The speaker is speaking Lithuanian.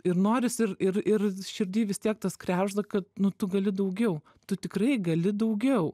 ir noris ir ir ir širdy vis tiek tas krebžda kad nu tu gali daugiau tu tikrai gali daugiau